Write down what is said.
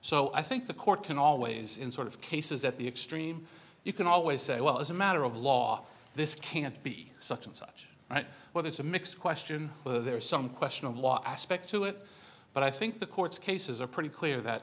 so i think the court can always in sort of cases at the extreme you can always say well as a matter of law this can't be such and such whether it's a mixed question whether there is some question of law aspect to it but i think the court's cases are pretty clear that